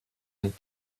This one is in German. ein